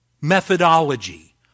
methodology